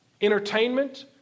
entertainment